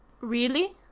Really